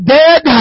dead